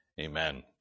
Amen